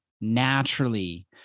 naturally